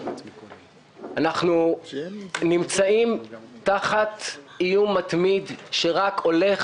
אנחנו נמצאים תחת איום מתמיד שרק הולך